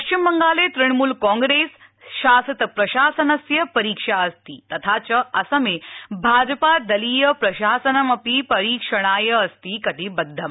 पश्चिमबंगाले तृणमूल कांग्रेस शासित प्रशासनस्य परीक्षा अस्ति तथा च असमे भाजपा दलीय प्रशासनं अपि परीक्षणाय अस्ति कटिबद्धम्